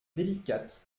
délicate